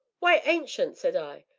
why, ancient, said i,